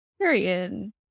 Period